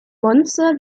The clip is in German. monster